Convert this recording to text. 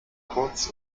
kurz